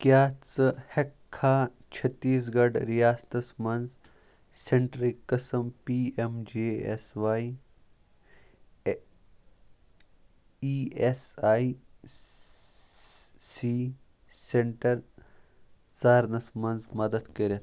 کیٛاہ ژٕ ہٮ۪ککھا چھٔتیٖس گڑھ رِیاستس منٛز سینٹرٕکۍ قٕسٕم P M J S Y اےٚ E S I C centre ژارنس منٛز مدد کٔرِتھ